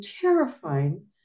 terrifying